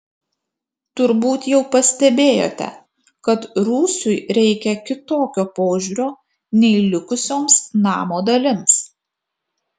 turbūt jau pastebėjote kad rūsiui reikia kitokio požiūrio nei likusioms namo dalims